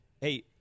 Hey